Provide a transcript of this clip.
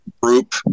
group